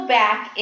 back